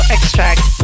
Extract